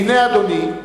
והנה, אדוני,